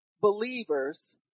believers